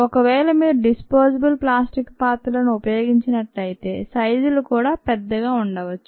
ఒకవేళ మీరు disposable plastic పాత్రలను ఉపయోగించినట్లయితే సైజులు కూడా పెద్దగా ఉండవచ్చు